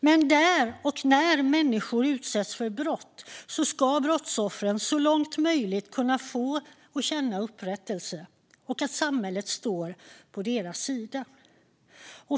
Men där och när människor utsätts för brott ska brottsoffren så långt som det är möjligt kunna få och känna upprättelse och att samhället står på deras sida.